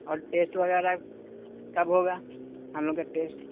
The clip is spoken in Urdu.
اور ٹیسٹ وغیرہ کب ہوگا کانوں کا ٹیسٹ